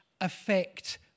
affect